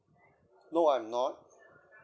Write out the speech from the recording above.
no I'm not